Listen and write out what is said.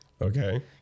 Okay